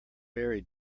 very